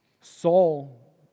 Saul